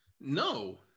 No